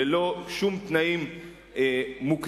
ללא שום תנאים מוקדמים,